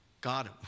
God